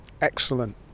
Excellent